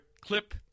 clip